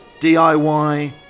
diy